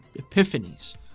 epiphanies